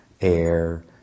air